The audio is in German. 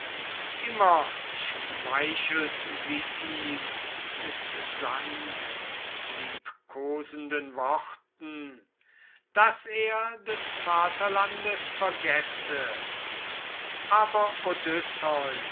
immer schmeichelt sie ihm mit sanft liebkosenden worten daß er des vaterlandes vergesse aber